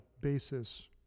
basis